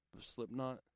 Slipknot